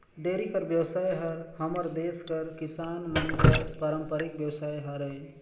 dairy कर बेवसाय हर हमर देस कर किसान मन कर पारंपरिक बेवसाय हरय